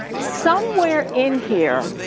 somewhere in here,